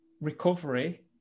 recovery